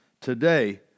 today